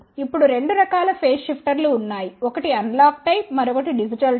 ఇప్పుడు రెండు రకాల ఫేజ్ షిఫ్టర్లు ఉన్నాయి ఒకటి అనలాగ్ టైప్ మరొకటి డిజిటల్ టైప్